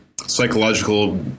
psychological